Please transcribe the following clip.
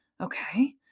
okay